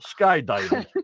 skydiving